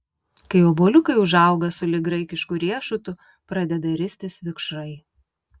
kai obuoliukai užauga sulig graikišku riešutu pradeda ristis vikšrai